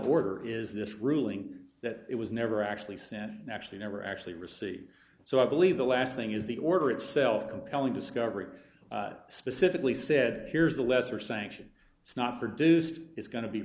order is this ruling that it was never actually sent actually never actually received so i believe the last thing is the order itself compelling discovery specifically said here's the lesser sanction it's not produced it's going to be